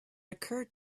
occurred